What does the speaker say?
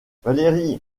valérie